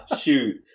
Shoot